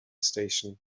station